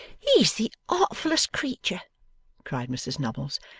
he's the artfullest creetur cried mrs nubbles.